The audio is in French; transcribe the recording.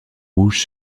rouges